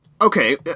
Okay